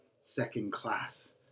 second-class